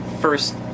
first